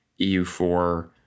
EU4